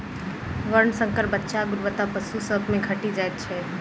वर्णशंकर बच्चाक गुणवत्ता पशु सभ मे घटि जाइत छै